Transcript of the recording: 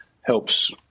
helps